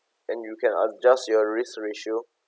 then you can adjust your risk ratio